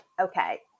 Okay